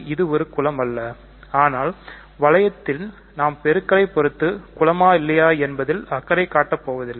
இது ஒரு குலம் அல்லஅனால் வளையத்தில் நாம் பெருக்கலை பொறுத்து குலமா இல்லையா என்பதில் அக்கறை கட்ட போவதில்லை